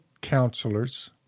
counselors